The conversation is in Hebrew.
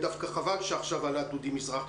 חבל שעכשיו עלה דודי מזרחי.